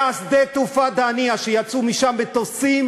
היה שדה תעופה דהנייה, שיצאו משם מטוסים